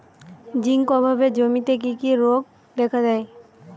Zinc অভাবে জমিতে কি কি রোগ দেখাদেয়?